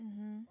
mmhmm